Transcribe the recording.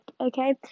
okay